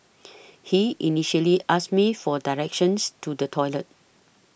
he initially asked me for directions to the toilet